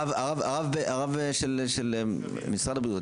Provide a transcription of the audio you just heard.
הרב של משרד הבריאות,